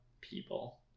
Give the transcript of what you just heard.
people